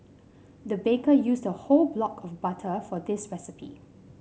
the baker used a whole block of butter for this recipe